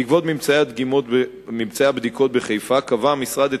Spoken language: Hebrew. בעקבות ממצאי הבדיקות בחיפה קבע המשרד את